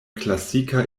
klasika